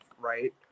right